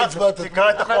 תקרא את החוק.